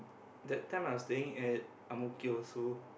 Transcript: that time I was staying at ang-mo-kio so